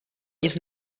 nic